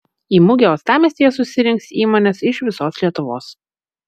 į mugę uostamiestyje susirinks įmonės iš visos lietuvos